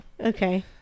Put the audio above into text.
okay